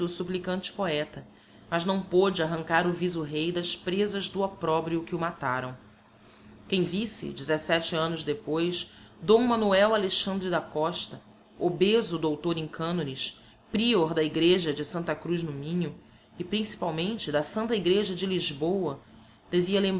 supplicante poeta mas não pôde arrancar o viso rei das presas do opprobrio que o mataram quem visse dezesete annos depois d manoel alexandre da costa obeso doutor em canones prior da igreja de santa cruz no minho e principal da santa igreja de lisboa devia